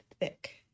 thick